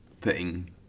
Putting